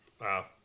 Wow